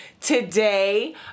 today